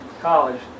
college